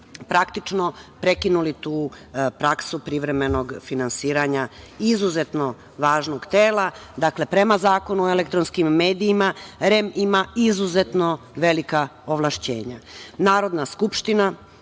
praktično prekinuli tu praksu privremenog finansiranja izuzetno važnog tela. Prema Zakonu o elektronskim medijima, REM ima izuzetno velika ovlašćenja. Narodna skupština,